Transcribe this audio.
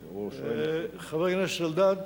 חבר הכנסת אלדד,